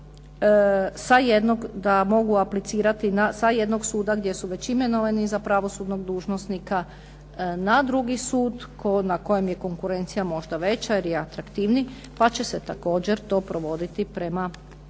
sa jednog suda gdje su već imenovani za pravosudnog dužnosnika na drugi sud, na kojem je konkurencija možda veća jer je atraktivni, pa će se također to provoditi prema